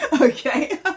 okay